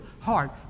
heart